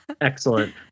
Excellent